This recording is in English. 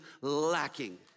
lacking